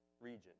region